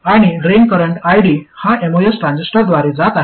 आणि drain current ID हा MOS ट्रान्झिस्टरद्वारे जात आहे